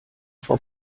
for